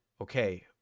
okay